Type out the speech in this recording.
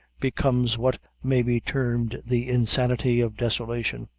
becomes what may be termed the insanity of desolation.